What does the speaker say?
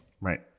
right